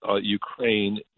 Ukraine